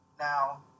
Now